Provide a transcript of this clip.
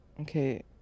okay